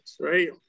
right